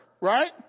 right